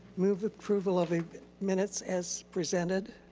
move approval of minutes as presented.